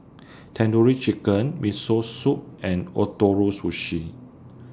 Tandoori Chicken Miso Soup and Ootoro Sushi